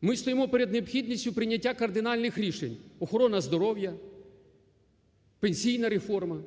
Ми стоїмо перед необхідністю прийняття кардинальних рішень, охорона здоров'я, пенсійна реформа